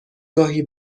گاهی